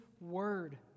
word